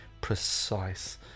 precise